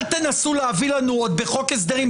אל תנסו להביא לנו עוד בחוק הסדרים,